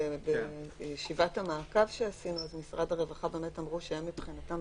בישיבת המעקב שעשינו משרד הרווחה אמרו שהם מבחינתם,